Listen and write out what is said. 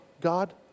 God